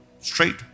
Straight